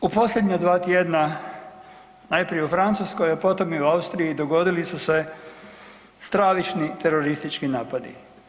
U posljednja 2 tjedna, najprije u Francuskoj, a potom i u Austriji dogodili su se stravični teroristički napadi.